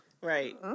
Right